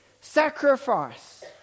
sacrifice